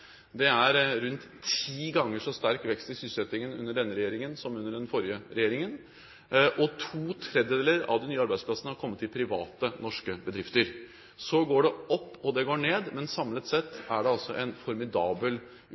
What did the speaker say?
Det er rundt ti ganger så sterk vekst i sysselsettingen under denne regjeringen som under den forrige regjeringen. To tredjedeler av de nye arbeidsplassene er kommet i private norske bedrifter. Så går det opp, og det går ned, men samlet sett er det altså en formidabel